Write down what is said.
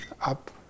up